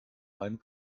einen